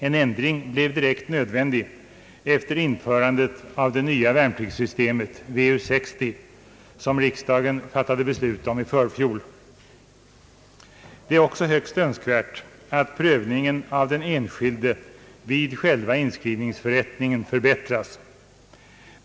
En ändring blev direkt nödvändig efter införandet av det nya värnpliktssystemet — VU 60 — som riksdagen fattade beslut om i förfjol. Det är också högst önskvärt att prövningen av den enskilde vid själva inskrivningsförrättningen förbättras.